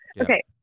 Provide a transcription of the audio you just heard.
okay